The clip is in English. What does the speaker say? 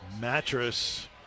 Mattress